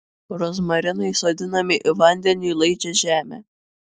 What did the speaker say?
rozmarinai sodinami į vandeniui laidžią žemę